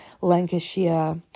Lancashire